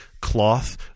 cloth